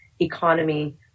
economy